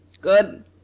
Good